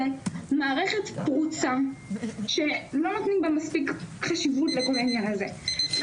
זה מערכת פרוצה שלא נותנים בה מספיק חשיבות לכל העניין הזה.